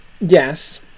yes